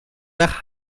nach